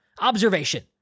Observation